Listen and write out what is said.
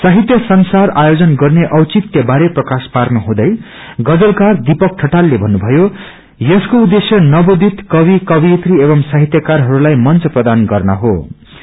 साहित्य संसार आयोनि गर्ने औचित्य बारे प्रकायश पानुहँदै गजलकार दीपक ठटालले भन्नुभयो यसको उद्देश्य नवोदित कवि वियत्री एवं साहित्यकारहरूलाई मंच प्रदान गर्नुरहेको बताउनुभयो